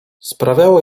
sprawiało